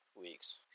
weeks